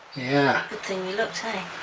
yeah good thing we looked hey?